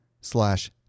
slash